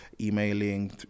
emailing